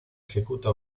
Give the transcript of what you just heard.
ejecuta